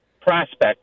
prospect